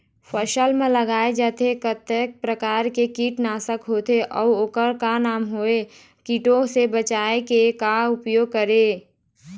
फसल म लगाए जाथे ओ कतेक प्रकार के कीट नासक होथे अउ ओकर का नाम हवे? कीटों से बचाव के का उपाय करें?